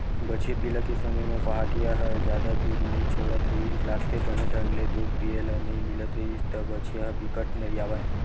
बछिया पिला के समे म पहाटिया ह जादा दूद नइ छोड़त रिहिस लागथे, बने ढंग ले दूद पिए ल नइ मिलत रिहिस त बछिया ह बिकट नरियावय